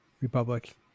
Republic